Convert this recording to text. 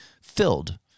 filled